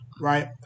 Right